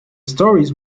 stories